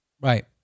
Right